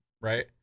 right